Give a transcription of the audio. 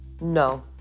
No